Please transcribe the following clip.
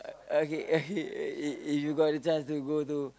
uh okay okay if if you got the chance to go to